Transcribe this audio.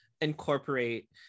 incorporate